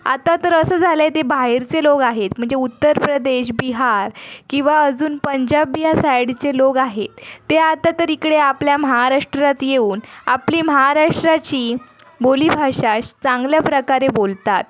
आता तर असं झालं आहे ते बाहेरचे लोक आहेत म्हणजे उत्तर प्रदेश बिहार किंवा अजून पंजाब या साईडचे लोक आहेत ते आता तर इकडे आपल्या महाराष्ट्रात येऊन आपली महाराष्ट्राची बोलीभाषा श चांगल्या प्रकारे बोलतात